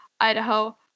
Idaho